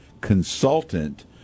consultant